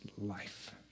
life